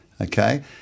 okay